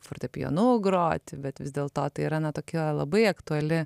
fortepijonu groti bet vis dėlto tai yra na tokia labai aktuali